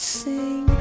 sing